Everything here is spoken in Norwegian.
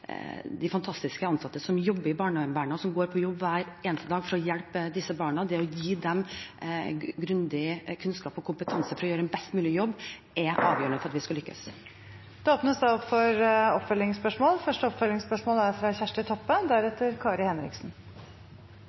de fantastiske ansatte som jobber i barnevernet, og som går på jobb hver eneste dag for å hjelpe disse barna, grundig kunnskap og kompetanse til å gjøre en best mulig jobb, er avgjørende for å lykkes. Det åpnes for oppfølgingsspørsmål – først Kjersti Toppe. Ut frå dei sakene som har kome fram i media, er